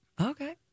Okay